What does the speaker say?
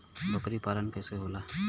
बकरी पालन कैसे होला?